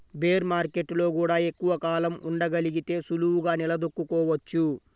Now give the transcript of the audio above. bear మార్కెట్టులో గూడా ఎక్కువ కాలం ఉండగలిగితే సులువుగా నిలదొక్కుకోవచ్చు